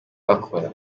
bakora